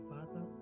Father